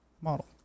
Model